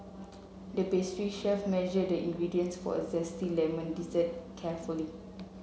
the pastry chef measured the ingredients for a zesty lemon dessert carefully